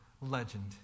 legend